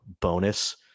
bonus